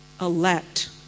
elect